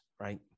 right